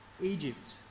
Egypt